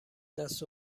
دست